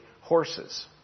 horses